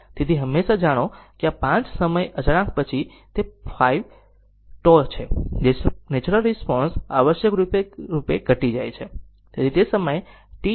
તેથી હંમેશાં જાણો કે 5 સમય અચળાંક પછી તે 5 τ છે નેચરલ રિસ્પોન્સ આવશ્યકરૂપે ઘટી જાય છે